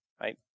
right